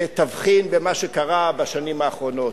תבחין במה שקרה בשנים האחרונות,